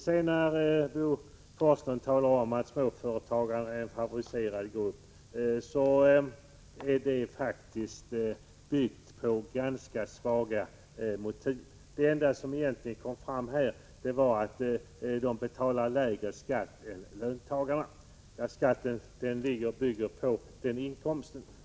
När Bo Forslund sedan talade om att småföretagarna utgör en favoriserad grupp bygger detta påstående på ganska svaga motiv. Det enda som egentligen kom fram var att de betalar lägre skatt än löntagarna. Skatten bygger emellertid på inkomsten.